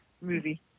movie